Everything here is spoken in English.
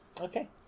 okay